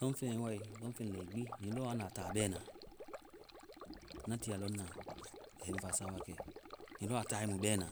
Lɔŋfeŋ wae, lɔŋfeŋ lɛi gbi, hiŋi lɔ anda ta bɛna, na tiie a lɔŋna, a yɛ ŋ fasa wakɛ. Hiŋi lɔ a tae mu bɛna.